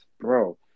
bro